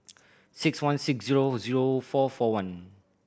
six one six zero zero four four one